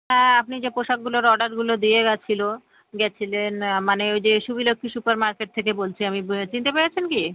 হ্যাঁ আপনি যে পোশাকগুলোর অর্ডারগুলো দিয়ে গেছিলো গেছিলেন মানে ওই যে শুভিলক্ষ্মী সুপারমার্কেট থেকে বলছি আমি চিনতে পেরেছেন কি